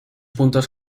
puntos